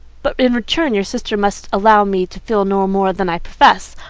but, in return, your sister must allow me to feel no more than i profess.